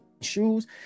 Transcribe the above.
shoes